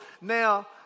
now